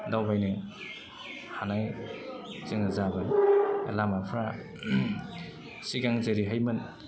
दावबायनो हानाय जोङो जाबाय लामाफ्रा सिगां जेरैहायमोन